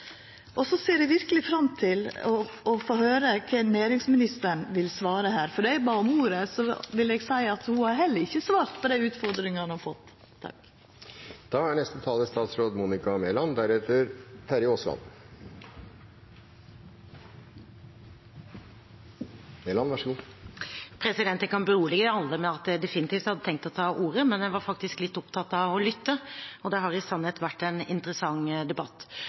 Så ser eg verkeleg fram til å få høyra kva næringsministeren vil svara her, for då eg bad om ordet, ville eg seia at ho har heller ikkje svart på dei utfordringane ho har fått. Jeg kan berolige alle med at jeg definitivt hadde tenkt å ta ordet, men jeg var faktisk litt opptatt av å lytte, og det har i sannhet vært en interessant debatt.